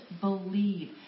believe